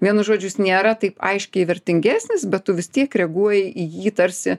vienu žodžiu nėra taip aiškiai vertingesnis bet tu vis tiek reaguoji į jį tarsi